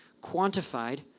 quantified